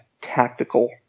tactical